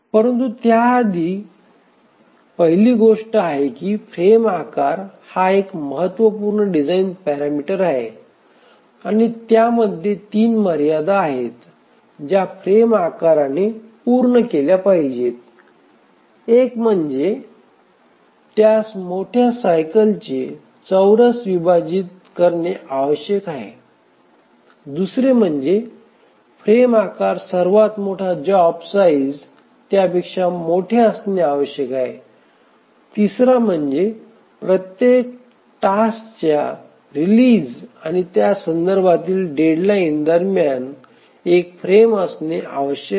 परंतु त्याआधी पहिली गोष्ट ही आहे की फ्रेम आकार हा एक महत्त्वपूर्ण डिझाइन पॅरामीटर आहे आणि त्यामध्ये तीन मर्यादा आहेत ज्या फ्रेम आकाराने पूर्ण केल्या पाहिजेत एक म्हणजे त्यास मोठ्या सायकलचे चौरस विभाजित करणे आवश्यक आहे दुसरे म्हणजे फ्रेम आकार सर्वात मोठा जॉब साईज त्यापेक्षा मोठे असणे आवश्यक आहे तिसरा म्हणजे प्रत्येक टास्कच्या रिलीज आणि त्यासंदर्भातील डेडलाईन दरम्यान एक फ्रेम असणे आवश्यक आहे